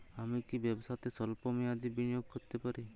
আমি কি ব্যবসাতে স্বল্প মেয়াদি বিনিয়োগ করতে পারি?